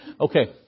Okay